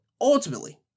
ultimately